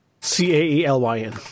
C-A-E-L-Y-N